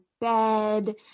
bed